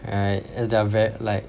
alright and they're very like